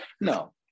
no